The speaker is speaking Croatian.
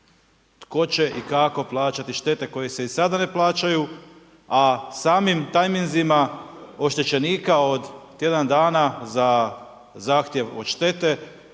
Tko će i kako plaćati štete koje se i sada ne plaćaju? A samim tajminzima oštećenika od tjedan dana za zahtjev od štete,